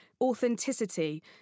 authenticity